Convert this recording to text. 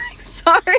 Sorry